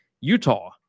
Utah